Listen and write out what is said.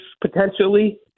potentially